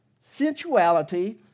sensuality